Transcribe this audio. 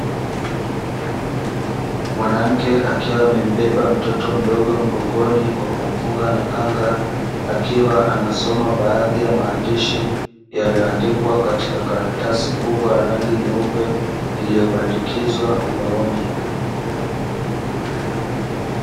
Mwanamke akiwa amembeba mtoto mdogo mgongoni kwa kumfunga na kanga akiwa anasoma baadhi ya maandishi yaliyoandikwa katika karatasi kubwa ya rangi nyeupe iliyobandikizwa ubaoni.